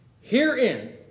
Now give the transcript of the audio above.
Herein